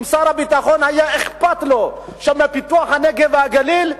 אם לשר הביטחון היה אכפת מפיתוח הנגב והגליל,